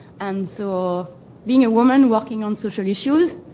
and so being a woman working on social issues,